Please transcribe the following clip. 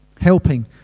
Helping